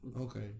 Okay